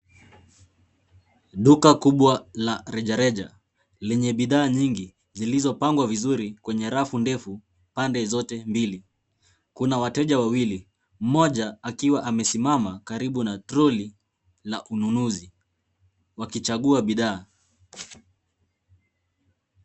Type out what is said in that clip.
Duka kubwa la reja reja lenye bidhaa nyingi zilizopangwa vizuri kwenye rafu ndefu pande zote mbili. Kuna wateja wawili, mmoja akiwa amesimama karibu na trolley la ununuzi wakichagua bidhaa.